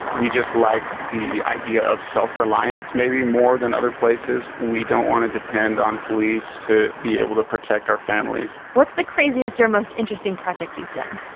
we just like the idea of self-reliance, maybe more than other places. we don't want to depend on police to be able to protect our families what's the craziest or most interesting project you've done?